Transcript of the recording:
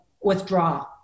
withdraw